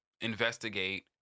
investigate